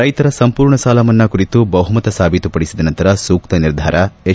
ರೈತರ ಸಂಪೂರ್ಣ ಸಾಲ ಮನ್ನಾ ಕುರಿತು ಬಹುಮತ ಸಾಬೀತು ಪಡಿಸಿದ ನಂತರ ಸೂಕ್ತ ನಿರ್ಧಾರ ಎಚ್